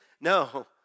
No